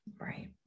Right